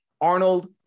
Arnold